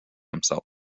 himself